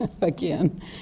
Again